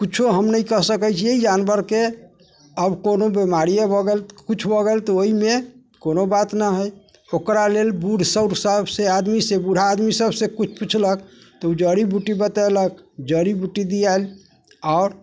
कुछो हम नहि कह सकै छियै जानवरके आब कोनो बिमारिये भऽ गेल कुछ भऽ गेल तऽ ओइमे कोनो बात नहि हैय ओकरा लेल बूढ़ सभ सभसँ आदमी से बूढ़ा आदमी सभसँ कुछ पुछलक तऽ उ जड़ी बुटी बतेलक जड़ी बुटी दिआइल आओर